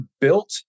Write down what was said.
built